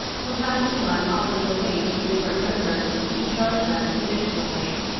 from time to time, offers were made to different prisoners to discharge them conditionally.